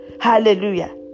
Hallelujah